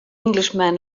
englishman